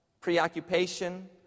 preoccupation